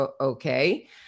okay